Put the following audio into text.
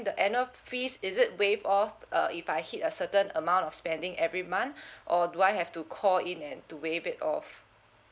the annual fees is it waived off uh if I hit a certain amount of spending every month or do I have to call in and to waive it off